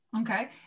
Okay